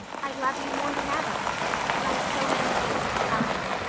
i love you more than ever and i've so many things to tell you.